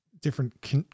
different